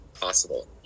possible